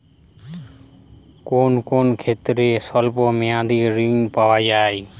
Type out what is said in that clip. কোন কোন ক্ষেত্রে স্বল্প মেয়াদি ঋণ পাওয়া যায়?